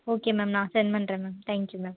okay ma'am நான் send பண்ணுறேன் ma'am thank you ma'am